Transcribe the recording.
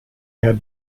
had